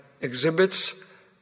exhibits